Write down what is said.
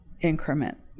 increment